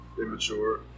immature